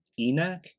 ENAC